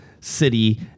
City